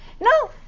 No